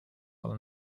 while